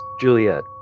Juliet